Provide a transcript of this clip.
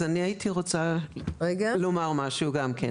אז אני הייתי רוצה לומר משהו גם כן.